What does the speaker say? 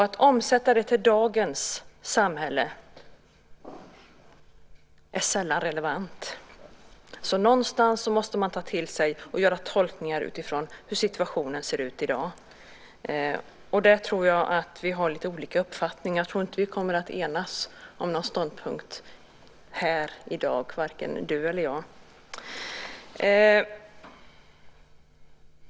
Att omsätta det till dagens samhälle är sällan relevant, så någonstans måste man ta till sig och göra tolkningar utifrån hur situationen i dag ser ut. Där tror jag att vi har lite olika uppfattningar. Vi kommer nog inte att enas om någon ståndpunkt här i dag - varken du eller jag.